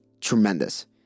tremendous